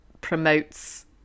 promotes